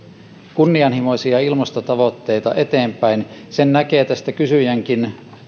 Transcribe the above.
kunnianhimoisia ilmastotavoitteita eteenpäin sen näkee tästä kysyjänkin